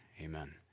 Amen